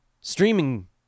streaming